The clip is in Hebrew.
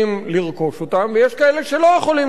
לרכוש אותם ויש כאלה שלא יכולים לרכוש אותם.